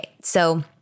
So-